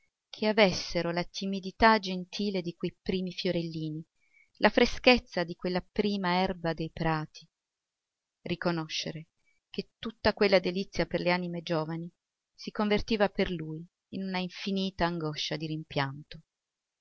che avessero la timidità gentile di quei primi fiorellini la freschezza di quella prima erba dei prati riconoscere che tutta quella delizia per le anime giovani si convertiva per lui in una infinita angoscia di rimpianto